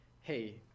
hey